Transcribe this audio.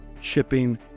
shipping